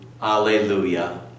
Hallelujah